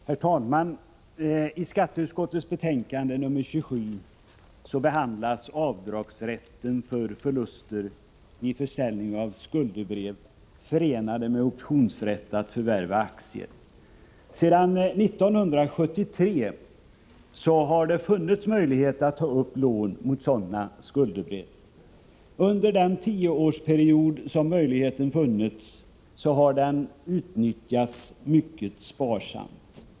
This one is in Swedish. Herr talman! I skatteutskottets betänkande nr 27 behandlas avdragsrätten för förluster vid försäljning av skuldebrev förenade med optionsrätt att förvärva aktier. Sedan 1973 har det funnits möjlighet att ta upp lån mot sådana skuldebrev. Under den tioårsperiod som möjligheten funnits har den utnyttjats mycket sparsamt.